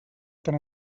tant